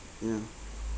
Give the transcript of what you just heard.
yeah